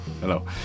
Hello